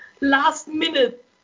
last-minute